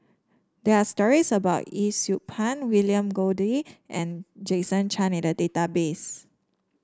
there are stories about Yee Siew Pun William Goode and Jason Chan in the database